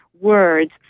words